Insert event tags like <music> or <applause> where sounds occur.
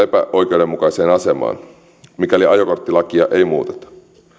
<unintelligible> epäoikeudenmukaiseen asemaan mikäli ajokorttilakia ei muuteta